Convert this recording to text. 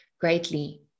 greatly